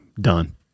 done